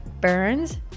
burns